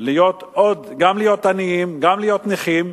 גם להיות עניים, גם להיות נכים,